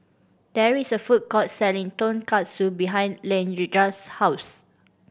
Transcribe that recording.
there is a food court selling Tonkatsu behind Leandra's house